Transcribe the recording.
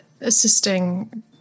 assisting